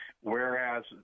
whereas